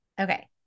Okay